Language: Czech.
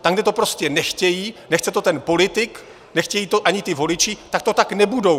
Tam, kde to prostě nechtějí, nechce to ten politik, nechtějí to ani voliči, tak to tak mít nebudou.